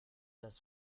das